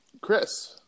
Chris